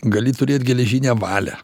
gali turėt geležinę valią